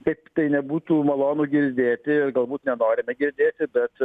taip tai nebūtų malonu girdėti galbūt nenorite girdėti bet